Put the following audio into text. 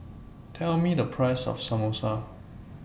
Tell Me The Price of Samosa